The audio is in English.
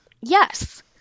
yes